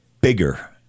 bigger